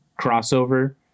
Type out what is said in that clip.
crossover